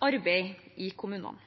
arbeid i kommunene.